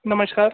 नमस्कार